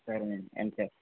సరే నండి